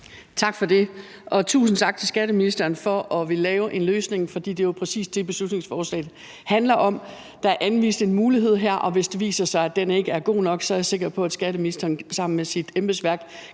Tak for det, og tusind tak til skatteministeren for at ville lave en løsning. For det er jo præcis det, som beslutningsforslaget handler om. Der er anvist en mulighed her, og hvis det viser sig, at den ikke er god nok, så er jeg sikker på, at skatteministeren sammen med sit embedsværk